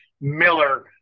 Miller